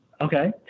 Okay